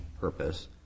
purpose